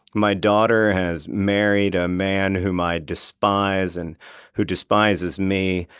my daughter has married a man whom i despise and who despises me.